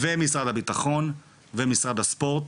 ומשרד הביטחון ומשרד התרבות והספורט,